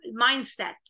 mindset